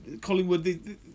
Collingwood